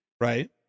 right